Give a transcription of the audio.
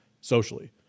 socially